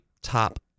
top